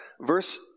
Verse